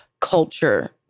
culture—